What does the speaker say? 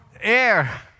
air